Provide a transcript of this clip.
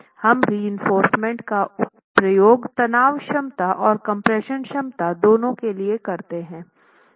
हम रएंफोर्रसमेंट का प्रयोग तनाव क्षमता और कपम्प्रेशन क्षमता दोनों के लिए करते हैं